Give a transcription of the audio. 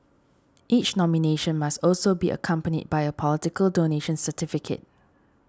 each nomination must also be accompanied by a political donation certificate